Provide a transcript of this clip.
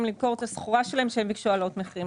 למכור את הסחורה שלהן כשהן ביקשו להעלות מחירים.